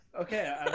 Okay